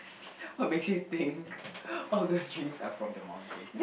what makes you think all those drinks are from the mountain